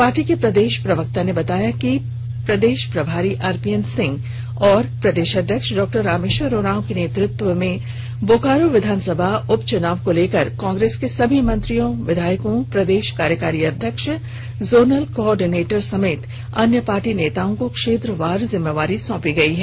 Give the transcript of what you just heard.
party के प्रदेश प्रवक्ता ने बताया कि प्रदेश प्रभारी आरपीएन सिंह और प्रदेश अध्यक्ष डॉ रामेश्वर उराव के नेतृत्व में बेरमो विधानसभा उपचुनाव को लेकर कांग्रेस के सभी मंत्रियों विधायकों प्रदेश कार्यकारी अध्यक्ष जोनल को ऑर्डिनेटर समेत अन्य पार्टी नेताओं को क्षेत्रवार जिम्मेवारी सौंपी गयी है